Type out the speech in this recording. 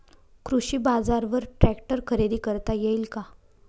कृषी बाजारवर ट्रॅक्टर खरेदी करता येईल का?